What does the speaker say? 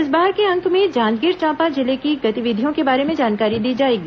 इस बार के अंक में जांजगीर चांपा जिले की गतिविधियों के बारे में जानकारी दी जाएगी